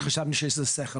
אז חשבנו שזה עושה שכל.